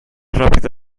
rápido